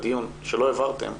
שלא העברתם,